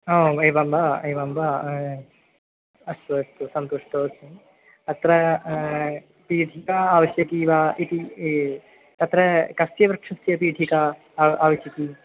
ओ एवं वा एवं वा अस्तु अस्तु सन्तुष्टोस्मि अत्र पीठिका आवश्यकी वा इति इ तत्र कस्य वृक्षस्य पीठिका आवश्यकी